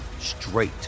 straight